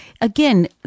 again